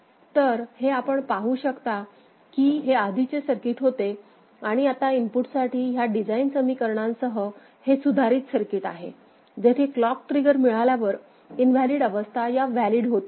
तर हे आपण पाहू शकता की हे आधीचे सर्किट होते आणि आता इनपुटसाठी ह्या डिझाइन समीकरणांसह हे सुधारित सर्किट आहे जेथे क्लॉक ट्रिगर मिळाल्यावर इनव्हॅलिड अवस्था ह्या व्हॅलिड होत आहेत